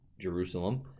Jerusalem